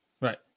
right